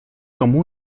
como